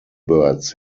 birds